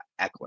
eckler